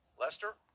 Lester